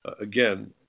again